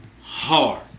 hard